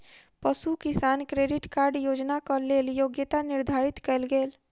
पशु किसान credit card योजनाक लेल योग्यता निर्धारित कयल गेल